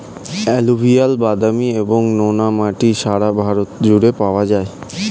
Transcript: alluvial, বাদামি এবং নোনা মাটি সারা ভারত জুড়ে পাওয়া যায়